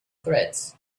threads